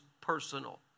personal